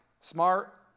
smart